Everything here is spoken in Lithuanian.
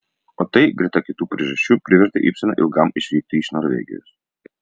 o tai greta kitų priežasčių privertė ibseną ilgam išvykti iš norvegijos